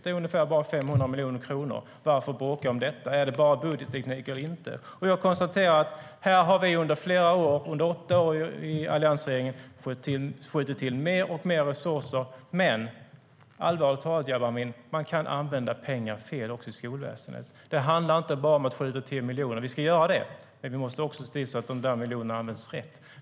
Det är ungefär 500 miljoner kronor; varför bråka om detta? Är det bara budgetteknik eller inte? Vi ska göra det, men vi måste också se till att dessa miljoner används rätt.